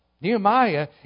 Nehemiah